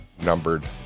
numbered